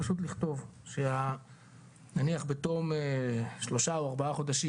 פשוט לכתוב שנניח בתום שלושה או ארבעה חודשים